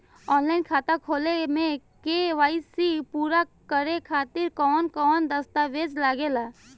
Online खाता खोले में के.वाइ.सी पूरा करे खातिर कवन कवन दस्तावेज लागे ला?